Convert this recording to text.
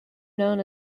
known